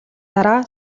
дараа